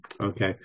okay